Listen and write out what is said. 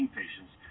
patients